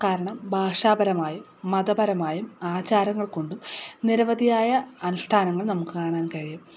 കാരണം ഭാഷാപരമായും മതപരമായും ആചാരങ്ങൾ കൊണ്ടും നിരവധിയായ അനുഷ്ഠാനങ്ങൾ നമ്മുക്ക് കാണാൻ കഴിയും